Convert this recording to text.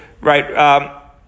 right